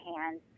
hands